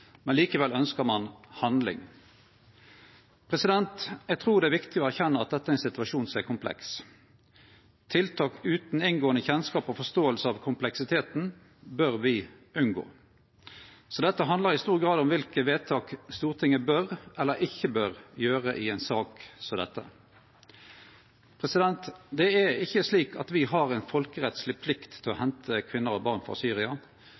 Likevel ønskjer ein handling. Eg trur det er viktig å erkjenne at dette er ein situasjon som er kompleks. Tiltak utan inngåande kjennskap og forståing av kompleksiteten bør me unngå. Dette handlar i stor grad om kva vedtak Stortinget bør eller ikkje bør fatte i ei sak som dette. Det er ikkje slik at me har ei folkerettsleg plikt til å hente kvinner og barn frå Syria,